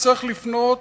נצטרך לפנות